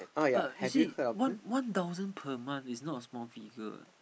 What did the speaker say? but you see one one thousand per month is not small figure eh